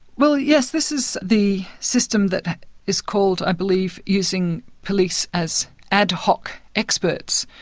well, yes, this is the system that is called, i believe, using police as ad hoc experts.